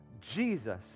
Jesus